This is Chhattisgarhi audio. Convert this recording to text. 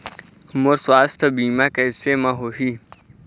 मोर सुवास्थ बीमा कैसे म होही?